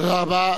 תודה רבה.